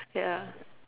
ya